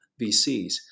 VCs